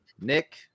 Nick